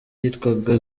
yitwaga